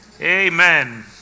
amen